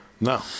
No